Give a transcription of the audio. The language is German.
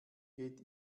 geht